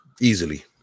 Easily